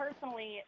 personally